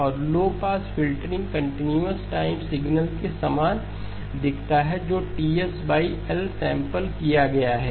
और low pass filtering continuous time signal के समान दिखता है जो TSL सैंपल किया गया है